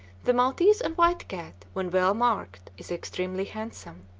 the maltese and white cat when well marked is extremely handsome,